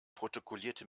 protokollierte